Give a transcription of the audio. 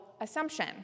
assumption